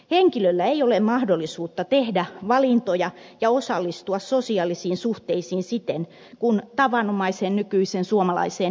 henkilöllä ei ole mahdollisuutta tehdä valintoja ja osallistua sosiaalisiin suhteisiin siten kuin tavanomaiseen nykyiseen suomalaiseen elämäntapaan kuuluu